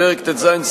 פרק ט"ז,